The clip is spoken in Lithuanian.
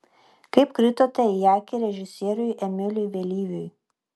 kaip kritote į akį režisieriui emiliui vėlyviui